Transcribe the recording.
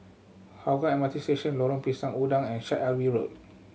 Hougang M R T Station Lorong Pisang Udang and Syed Alwi Road